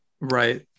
Right